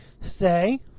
Say